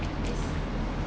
is